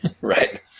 Right